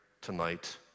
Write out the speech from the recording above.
tonight